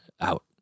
out